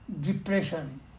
Depression